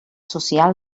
social